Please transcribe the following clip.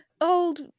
old